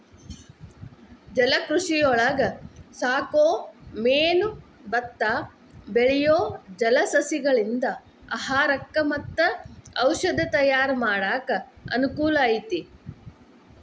ಜಲಕೃಷಿಯೊಳಗ ಸಾಕೋ ಮೇನು ಮತ್ತ ಬೆಳಿಯೋ ಜಲಸಸಿಗಳಿಂದ ಆಹಾರಕ್ಕ್ ಮತ್ತ ಔಷದ ತಯಾರ್ ಮಾಡಾಕ ಅನಕೂಲ ಐತಿ